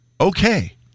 okay